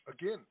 Again